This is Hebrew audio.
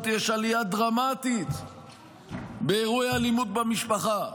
יש עלייה דרמטית באירועי אלימות במשפחה.